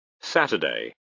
Saturday